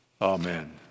amen